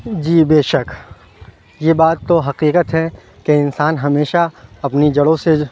جی بے شک یہ بات تو حقیقت ہے کہ انسان ہمیشہ اپنی جڑوں سے